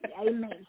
Amen